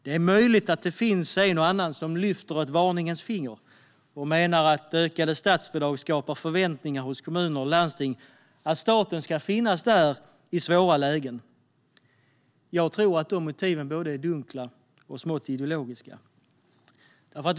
Det är möjligt att det finns en och annan som lyfter ett varningens finger och menar att ökade statsbidrag skapar förväntningar hos kommuner och landsting på att staten ska finnas där i svåra lägen. Jag tror att de motiven är både dunkla och smått ideologiska.